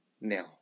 Now